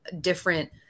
different